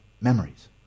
memories